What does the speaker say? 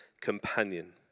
companion